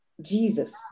Jesus